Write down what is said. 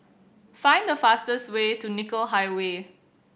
find the fastest way to Nicoll Highway